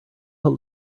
what